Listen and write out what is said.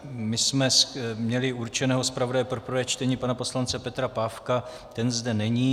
My jsme měli určeného zpravodaje pro prvé čtení pana poslance Petra Pávka, ten zde není.